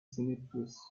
cemeteries